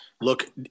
look